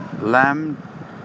lamb